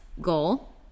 goal